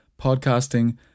podcasting